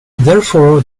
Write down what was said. therefore